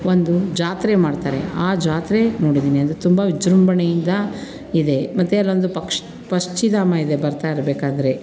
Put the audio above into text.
ಒಂದು ಜಾತ್ರೆ ಮಾಡ್ತಾರೆ ಆ ಜಾತ್ರೆ ನೋಡಿದ್ದೀನಿ ಅಂದರೆ ತುಂಬ ವಿಜೃಂಭಣೆಯಿಂದ ಇದೆ ಮತ್ತು ಅಲ್ಲೊಂದು ಪಕ್ಷ್ ಪಕ್ಷಿಧಾಮ ಇದೆ ಬರ್ತಾ ಇರಬೇಕಾದ್ರೆ